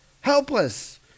Helpless